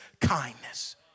kindness